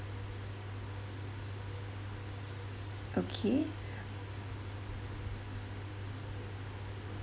okay